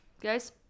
guys